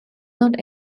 not